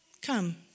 come